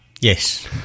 Yes